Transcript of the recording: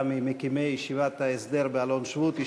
היה ממקימי ישיבת ההסדר באלון-שבות,